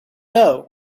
know